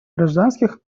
гражданских